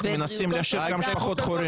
אנחנו מנסים להשאיר כמה שפחות חורים.